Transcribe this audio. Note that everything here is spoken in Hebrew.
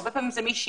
הרבה פעמים זאת מישהי,